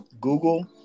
Google